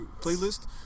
playlist